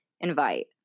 invite